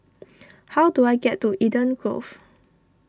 how do I get to Eden Grove